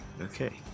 Okay